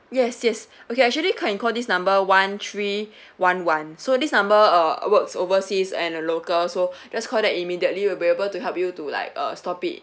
yes yes okay actually can call this number one three one one so this number uh works overseas and the local so just call that immediately we'll be able to help you to like uh stop it